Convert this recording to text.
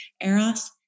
eros